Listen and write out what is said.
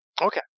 Okay